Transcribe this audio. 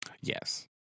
Yes